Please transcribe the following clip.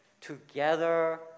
together